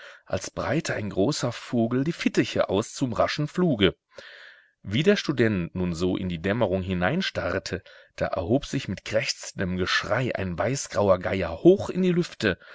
als breite ein großer vogel die fittiche aus zum raschen fluge wie der student nun so in die dämmerung hineinstarrte da erhob sich mit krächzendem geschrei ein weißgrauer geier hoch in die lüfte